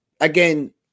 again